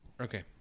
Okay